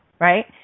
right